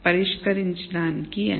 పరిష్కరించడానికి అని